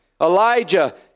Elijah